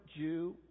Jew